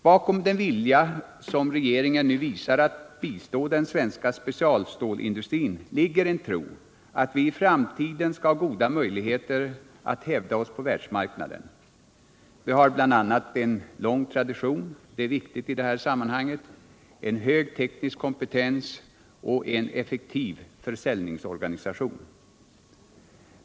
Bakom den vilja som regeringen nu visar att bistå den svenska specialstålindustrin ligger en tro på att vi i framtiden skall ha goda möjligheter att hävda oss på världsmarknaden. Vi har bl.a. en lång tradition —- viktigt i det här sammanhanget — en hög teknisk kompetens och en effektiv försäljningsorganisation.